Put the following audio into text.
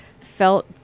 felt